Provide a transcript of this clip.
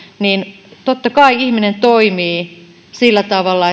niin totta kai ihminen toimii sillä tavalla